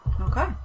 Okay